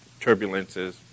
turbulences